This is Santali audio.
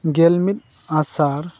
ᱜᱮᱞ ᱢᱤᱫ ᱟᱥᱟᱲ